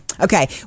Okay